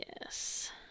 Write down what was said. yes